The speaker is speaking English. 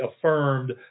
affirmed